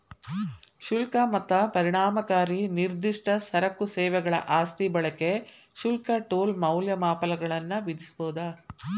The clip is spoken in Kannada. ಶುಲ್ಕ ಮತ್ತ ಪರಿಣಾಮಕಾರಿ ನಿರ್ದಿಷ್ಟ ಸರಕು ಸೇವೆಗಳ ಆಸ್ತಿ ಬಳಕೆ ಶುಲ್ಕ ಟೋಲ್ ಮೌಲ್ಯಮಾಪನಗಳನ್ನ ವಿಧಿಸಬೊದ